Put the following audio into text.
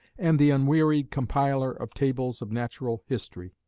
and the unwearied compiler of tables of natural history.